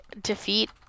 defeat